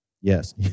Yes